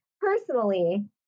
personally